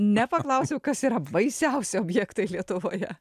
nepaklausiau kas yra baisiausi objektai lietuvoje